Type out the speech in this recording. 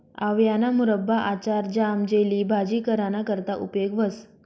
आवयाना मुरब्बा, आचार, ज्याम, जेली, भाजी कराना करता उपेग व्हस